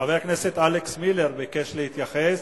חבר הכנסת אלכס מילר ביקש להתייחס.